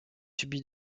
subi